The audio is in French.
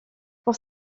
pour